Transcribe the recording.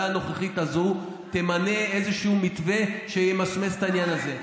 הנוכחית הזאת תמנה באיזשהו מתווה שימסמס את העניין הזה.